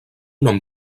nom